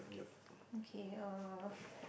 okay uh